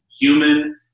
human